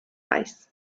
reichs